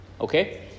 Okay